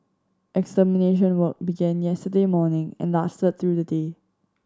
extermination work begin yesterday morning and lasted through the day